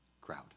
crowd